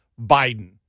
Biden